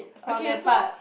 okay so